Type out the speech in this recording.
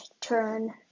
turn